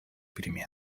перемены